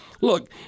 look